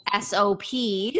SOPs